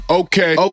okay